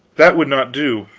that would not do.